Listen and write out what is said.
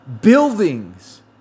buildings